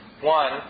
One